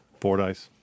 fordice